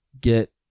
get